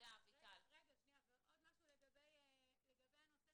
לגבי הנושא